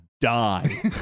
die